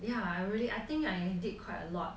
ya I really I think I did quite a lot